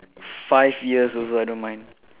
five years also I don't mind